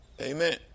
Amen